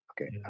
okay